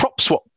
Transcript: PropSwap